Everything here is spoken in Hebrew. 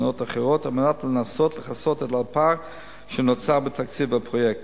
מתוכננות אחרות על מנת לנסות לכסות על הפער שנוצר בתקציב הפרויקט.